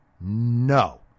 No